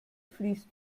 fließt